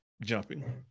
jumping